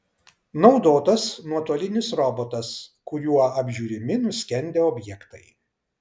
naudotas nuotolinis robotas kuriuo apžiūrimi nuskendę objektai